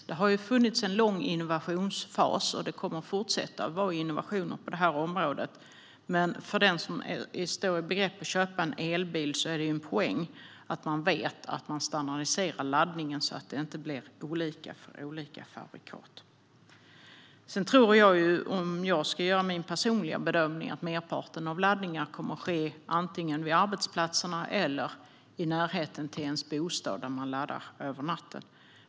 Det har funnits en lång innovationsfas, och det kommer att fortsätta att vara innovationer på området. Men för den som står i begrepp att köpa en elbil är det en poäng att veta att man standardiserar laddningen så att det inte blir olika för olika fabrikat. Om jag ska göra min personliga bedömning tror jag att merparten av laddningarna kommer att ske antingen vid arbetsplatserna eller i närheten av ens bostad, där man laddar över natten.